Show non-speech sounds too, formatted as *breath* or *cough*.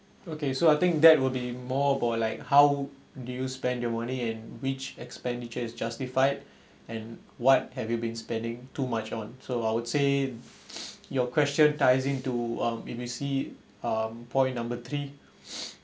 okay so I think that will be more about like how do you spend your money and which expenditure is justified and what have you been spending too much on so I would say *breath* your question ties into on um if we see um point number three *breath*